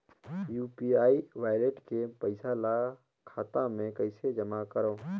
UPI wallet के पईसा ल खाता मे कइसे जमा करव?